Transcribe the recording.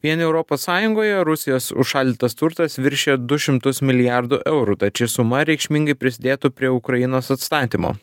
vien europos sąjungoje rusijos užšaldytas turtas viršija du šimtus milijardų eurų tad ši suma reikšmingai prisidėtų prie ukrainos atstatymo